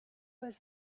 was